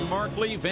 Markley